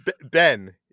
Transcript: Ben